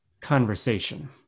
conversation